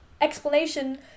explanation